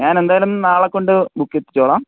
ഞാനെന്തായാലും നാളെക്കൊണ്ട് ബുക്കെത്തിച്ചു കൊള്ളാം